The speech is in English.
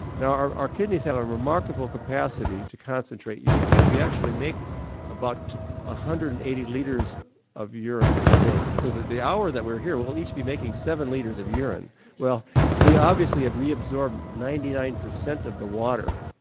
now our our kidneys have a remarkable capacity to concentrate urine, we actually make about one ah hundred and eighty litres of urine in a day, so that the hour that we're here we'll each be making seven litres of urine. well we obviously reabsorb ninety nine percent of the water,